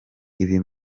ibi